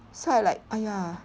so I like !aiya!